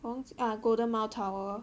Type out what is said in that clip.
我忘记 ah golden mile tower